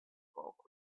bulk